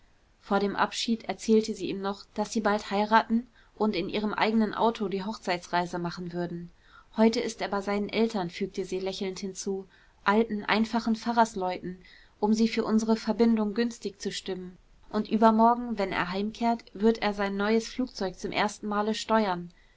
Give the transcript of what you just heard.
vor dem abschied erzählte sie ihm noch daß sie bald heiraten und im eigenen auto die hochzeitsreise machen würden heute ist er bei seinen eltern fügte sie lächelnd hinzu alten einfachen pfarrersleuten um sie für unsere verbindung günstig zu stimmen und übermorgen wenn er heimkehrt wird er sein neues flugzeug zum ersten male steuern